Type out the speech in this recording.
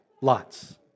lots